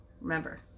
Remember